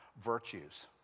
virtues